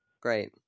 Great